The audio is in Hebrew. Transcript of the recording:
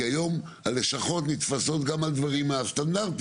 כי היום הלשכות נתפסות גם על הדברים הסטנדרטיים,